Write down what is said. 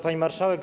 Pani Marszałek!